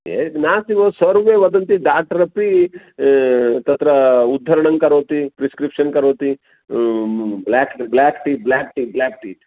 ये नास्ति भोः सर्वे वदन्ति डाक्टर् अपि तत्र उद्धरणं करोति प्रिस्क्रिप्षन् करोति block block T block T block T